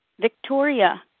Victoria